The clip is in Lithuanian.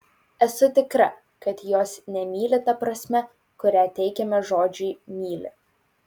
esu tikra kad jos nemyli ta prasme kurią teikiame žodžiui myli